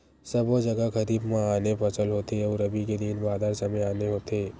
सबो जघा खरीफ म आने फसल होथे अउ रबी के दिन बादर समे आने होथे